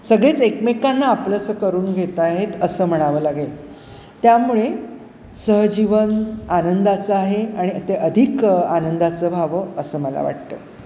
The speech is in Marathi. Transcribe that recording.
सगळेच एकमेकांना आपलंसं करून घेत आहेत असं म्हणावं लागेल त्यामुळे सहजीवन आनंदाचं आहे आणि ते अधिक आनंदाचं व्हावं असं मला वाटतं